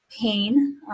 pain